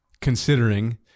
considering